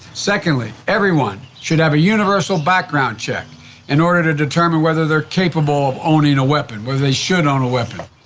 secondly, everyone should have a universal background check in order to determine whether they're capable of owning a weapon. whether they should own a weapon.